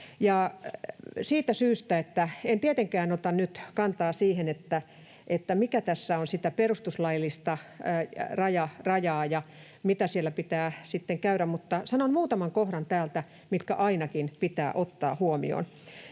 En tietenkään ota nyt kantaa siihen, mikä tässä on sitä perustuslaillista rajaa ja mitä siellä pitää sitten käydä, mutta sanon muutaman kohdan täältä, mitkä ainakin pitää ottaa huomioon.